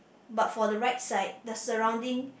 but for the right side the surrounding